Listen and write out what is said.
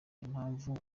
impamvu